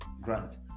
grant